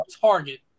target